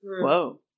Whoa